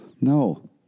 No